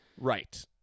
right